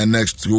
Next